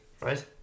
Right